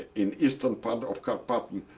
in eastern part of carpathian,